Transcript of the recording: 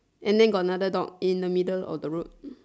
and then got another dog in the middle of the road